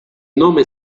nome